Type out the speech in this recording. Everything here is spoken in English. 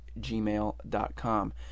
gmail.com